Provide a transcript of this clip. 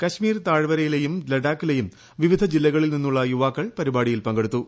കശ്മീർ താഴ്വരയിലേയും ലഡാക്കിലേയും വിവിധ ജില്ലകളിൽ നിന്നുള്ള യുവാക്കൾ പരിപാടിയിൽ പങ്കെടുത്തു